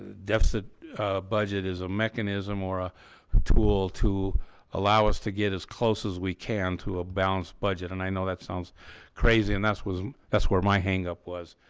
deficit budget is a mechanism or a tool to allow us to get as close as we can to a balanced budget and i know that sounds crazy, and that's what that's where my hang-up was,